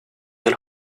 del